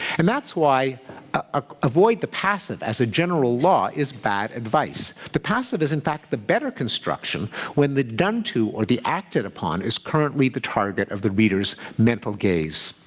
and that's why ah avoid the passive as a general law is bad advice. the passive is, in fact, the better construction when the done to or the acted upon is currently the target of the reader's mental gaze.